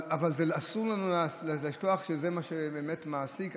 אבל אסור לנו לשכוח שזה מה שבאמת מעסיק.